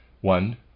One